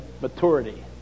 maturity